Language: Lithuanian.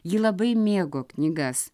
ji labai mėgo knygas